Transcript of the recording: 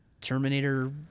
Terminator